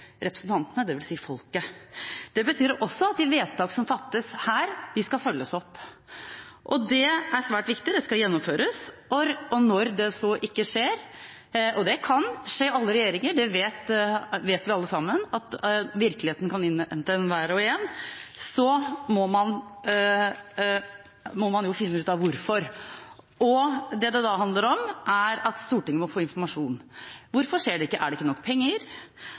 representantene, dvs. folket. Det betyr også at de vedtak som fattes her, skal følges opp. Det er svært viktig. De skal gjennomføres, og når det så ikke skjer – og det kan skje alle regjeringer, vi vet alle sammen at virkeligheten kan innhente noen hver – må man finne ut hvorfor. Det det handler om, er at Stortinget må få informasjon. Hvorfor skjer det ikke? Er det ikke nok penger?